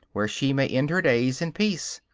where she may end her days in peace.